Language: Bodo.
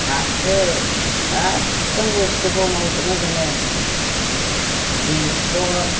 फाथो गासिन बुस्थुखौ मावजोबो जोङो बेसर